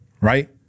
right